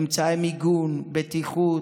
אמצעי מיגון, בטיחות,